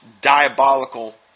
diabolical